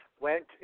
went